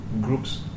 groups